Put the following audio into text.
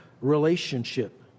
relationship